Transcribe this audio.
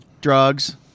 Drugs